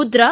Mudra